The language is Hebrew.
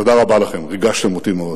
תודה רבה לכם, ריגשתם אותי מאוד.